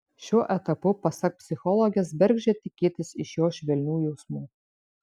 šiuo etapu pasak psichologės bergždžia tikėtis iš jo švelnių jausmų